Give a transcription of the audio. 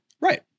Right